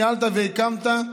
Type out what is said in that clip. ניהלת והקמת,